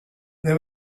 there